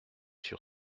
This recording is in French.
sur